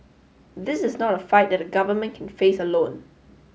this is not a fight that the government can face alone